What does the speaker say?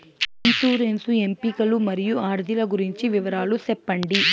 insurance ఎంపికలు మరియు అర్జీల గురించి వివరాలు సెప్పండి